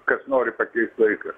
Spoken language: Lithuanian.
kas nori pakeist laiką